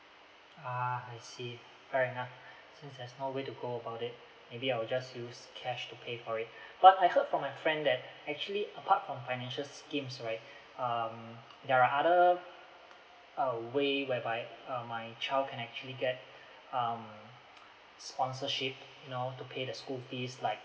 ah I see alright nah since there's no way to go about it maybe I will just use cash to pay for it but I heard from my friend that actually apart from financial schemes right um there are other uh way whereby um my child can actually get um sponsorship you know to pay the school fees like